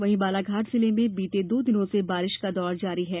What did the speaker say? वहीं बालाघाट जिले में बीते दो दिनों से बारिश का दौर जारी है